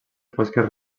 fosques